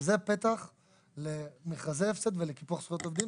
וזה פתח למכרזי הפסד ולקיפוח זכויות עובדים.